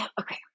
okay